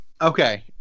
Okay